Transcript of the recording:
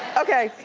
okay,